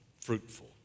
Fruitful